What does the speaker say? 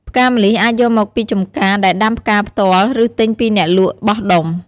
ផ្កាម្លិះអាចយកមកពីចម្ការដែលដាំផ្កាផ្ទាល់ ឬទិញពីអ្នកលក់បោះដុំ។